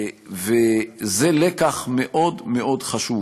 זה לקח מאוד מאוד חשוב.